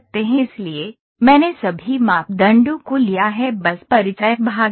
इसलिए मैंने सभी मापदंडों को लिया है बस परिचय भाग यह था